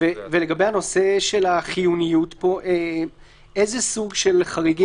לגבי הנושא של החיוניות פה, איזה סוג של חריגים?